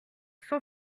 son